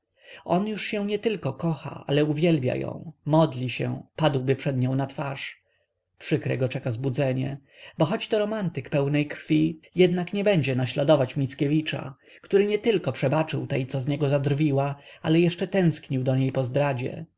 on się już nietylko kocha ale uwielbia ją modli się padałby przed nią na twarz przykre go czeka zbudzenie bo choć to romantyk pełnej krwi jednak nie będzie naśladować mickiewicza który nietylko przebaczył tej co z niego zadrwiła ale jeszcze tęsknił do niej po zdradzie